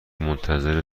منتظر